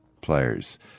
players